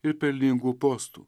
ir pelningų postų